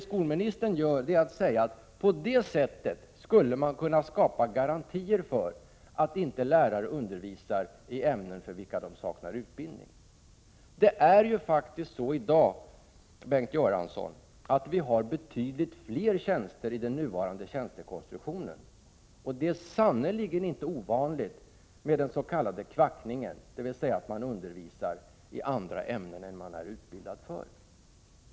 Skolministern säger att på så sätt skulle man kunna skapa garantier för att lärare inte undervisar i ämnen för vilka de saknar utbildning. Bengt Göransson! Vi har betydligt fler tjänster i den nuvarande tjänstekonstruktionen. Det är sannerligen inte ovanligt med s.k. kvackande, dvs. att man undervisar i andra ämnen än man är utbildad för.